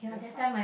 very fun